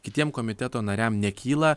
kitiem komiteto nariam nekyla